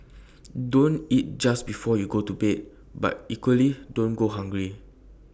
don't eat just before you go to bed but equally don't go hungry